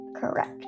Correct